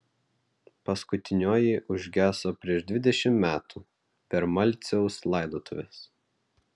paskutinioji užgeso prieš dvidešimt metų per malciaus laidotuves